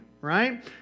Right